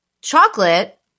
Chocolate